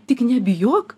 tik nebijok